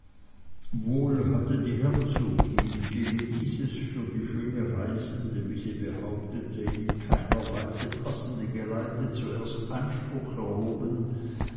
wohl hatte die herzogin gegen dieses für die schöne reisende wie sie behauptete in keiner weise passende geleite zuerst einspruch erhoben